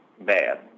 bad